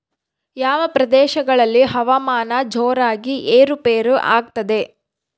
ಯಾವ ಪ್ರದೇಶಗಳಲ್ಲಿ ಹವಾಮಾನ ಜೋರಾಗಿ ಏರು ಪೇರು ಆಗ್ತದೆ?